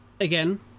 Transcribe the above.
again